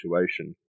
situation